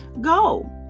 Go